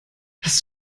hast